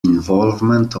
involvement